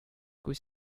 kui